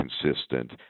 consistent